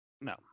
No